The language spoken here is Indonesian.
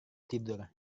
tidur